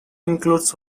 includes